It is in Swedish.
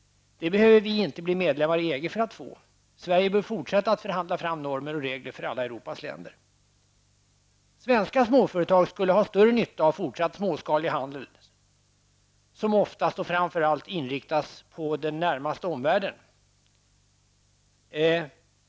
Det behöver vi inte bli medlemmnar i EG för att få. Sverige bör fortsätta att förhandla fram normer och regler för alla Europas länder. Svenska småföretag skulle ha större nytta av fortsatt småskalig handel, som oftast och framför allt inriktas på den närmaste omvärlden.